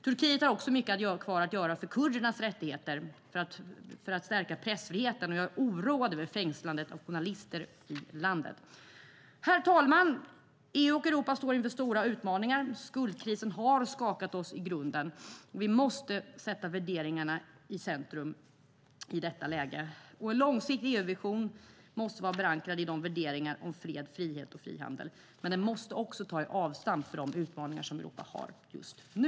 Turkiet har också mycket kvar att göra för kurdernas rättigheter och för att stärka pressfriheten. Jag är oroad över fängslandet av journalister i landet. Herr talman! EU och Europa står inför stora utmaningar. Skuldkrisen har skakat oss i grunden. Vi måste sätta värderingarna i centrum i detta läge. En långsiktig EU-vision måste vara förankrad i värderingarna om fred, frihet och frihandel, men den måste ta ett avstamp för de utmaningar som Europa som står inför just nu.